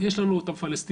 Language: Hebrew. יש לנו את הפלשתינאים,